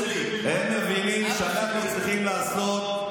דודי, יש טייסים מדימונה.